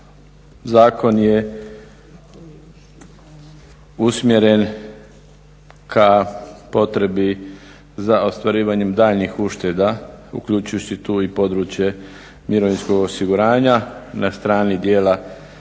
Zakon je usmjeren ka potrebi za ostvarivanjem daljnjih ušteda uključujući tu i područje mirovinskog osiguranja na strani dijela